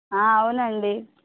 అవునండి